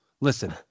listen